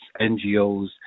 ngos